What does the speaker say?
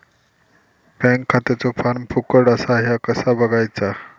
Bank खात्याचो form फुकट असा ह्या कसा बगायचा?